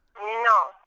No